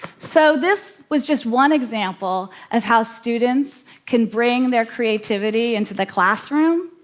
so this was just one example of how students can bring their creativity into the classroom.